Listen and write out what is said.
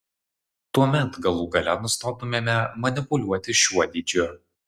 tuomet galų gale nustotumėme manipuliuoti šiuo dydžiu